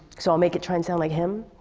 so i'll make it try and sound like him.